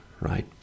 right